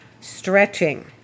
stretching